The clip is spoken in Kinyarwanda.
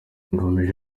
yakomeje